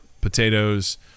potatoes